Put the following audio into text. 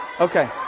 Okay